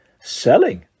Selling